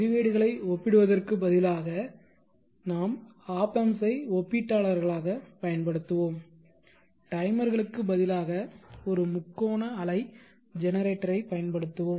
பதிவேடுகளை ஒப்பிடுவதற்கு பதிலாக நாங்கள் ஒப் ஆம்ப்ஸை ஒப்பீட்டாளர்களாகப் பயன்படுத்துவோம் டைமர்களுக்குப் பதிலாக ஒரு முக்கோண அலை ஜெனரேட்டரைப் பயன்படுத்துவோம்